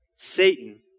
Satan